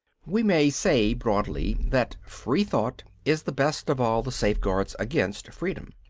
we may say broadly that free thought is the best of all the safeguards against freedom.